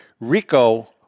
Rico